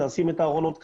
לשים את הארונות כאן,